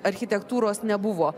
architektūros nebuvo